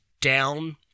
down